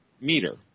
meter